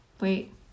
Wait